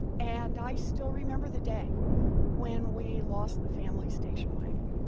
and i still remember the day when we lost the family station wagon.